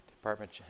department